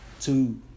Two